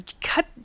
Cut